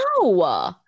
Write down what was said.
No